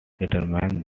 determine